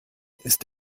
ist